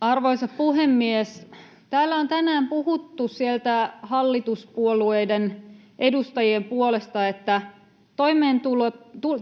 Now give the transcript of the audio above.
Arvoisa puhemies! Täällä on tänään puhuttu sieltä hallituspuolueiden edustajien puolelta, että